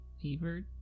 Evert